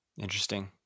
interesting